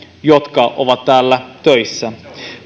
jotka ovat täällä töissä